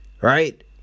Right